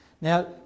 Now